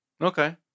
Okay